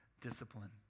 discipline